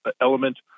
element